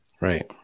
Right